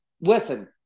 listen